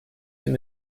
him